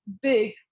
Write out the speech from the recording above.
big